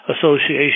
Association